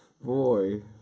boy